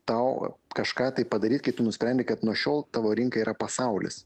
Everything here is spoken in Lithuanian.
tau kažką tai padaryt kai tu nusprendi kad nuo šiol tavo rinka yra pasaulis